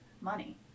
Money